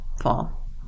fall